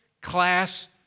class